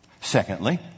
Secondly